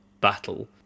battle